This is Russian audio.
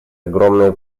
огромные